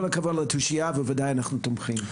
כל הכבוד על התושייה, בוודאי שאנחנו תומכים.